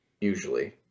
usually